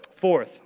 Fourth